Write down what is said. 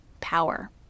Power